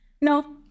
No